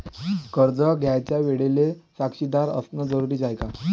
कर्ज घ्यायच्या वेळेले साक्षीदार असनं जरुरीच हाय का?